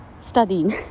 studying